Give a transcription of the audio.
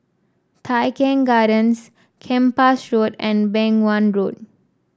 Tai Keng Gardens Kempas Road and Beng Wan Road